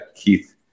Keith